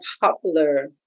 popular